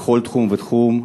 בכל תחום ותחום.